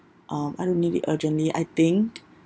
um I don't need it urgently I think